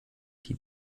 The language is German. die